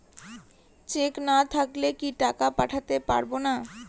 Check না থাকলে কি টাকা পাঠাতে পারবো না?